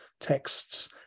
texts